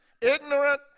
ignorant